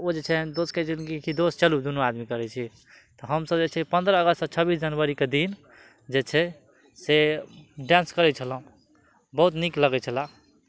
ओ जे छै दोस्तके जिनके कि दोस्त चलू दुनू आदमी करय छी तऽ हमसभ जे छै पन्द्रह अगस्त तऽ छब्बीस जनवरीके दिन जे छै से डांस करय छलहुँ बहुत नीक लगय छलऽ